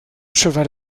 chaval